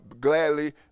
gladly